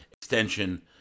extension